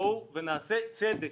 בואו ונעשה צדק.